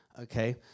okay